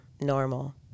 normal